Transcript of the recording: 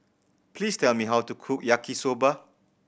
please tell me how to cook Yaki Soba